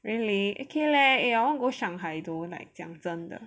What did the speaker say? really okay leh I want go Shanghai though 讲真的